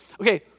okay